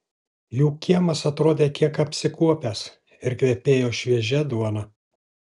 jų kiemas atrodė kiek apsikuopęs ir kvepėjo šviežia duona